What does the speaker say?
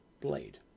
blade